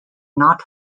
not